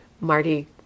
Marty